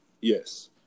Yes